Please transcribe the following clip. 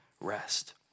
rest